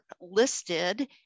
listed